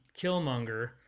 Killmonger